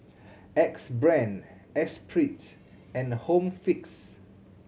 Axe Brand Espirit and Home Fix